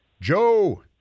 Joe